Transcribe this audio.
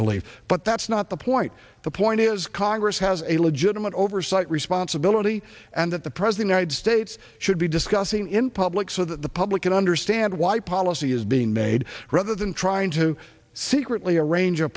believe but that's not the point the point is congress has a legitimate oversight responsibility and at the present united states should be discussing in public so that the public can understand why policy is being made rather than trying to secretly arrange a